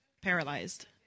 paralyzed